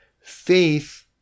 faith